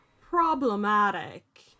problematic